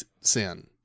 sin